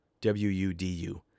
w-u-d-u